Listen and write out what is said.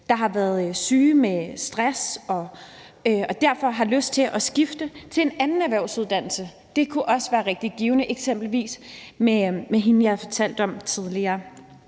der har været syge med stress, og som derfor har lyst til at skifte til en anden erhvervsuddannelse. Det kunne også være rigtig givende, eksempelvis i forhold til hende, jeg fortalte om tidligere.